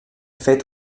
fet